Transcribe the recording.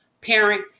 parent